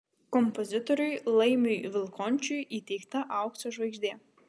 kompozitoriui laimiui vilkončiui įteikta aukso žvaigždė